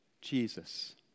Jesus